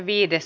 asia